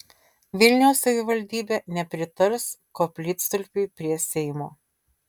vilniaus savivaldybė nepritars koplytstulpiui prie seimo